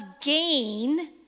gain